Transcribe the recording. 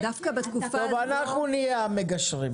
אנחנו נהיה המגשרים.